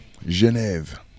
Genève